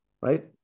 right